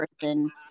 person